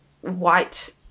white